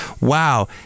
wow